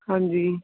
ਹਾਂਜੀ